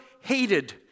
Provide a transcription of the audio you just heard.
hated